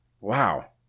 Wow